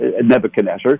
Nebuchadnezzar